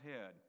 head